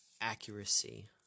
accuracy